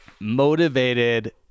motivated